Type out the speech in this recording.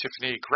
Tiffany